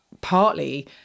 partly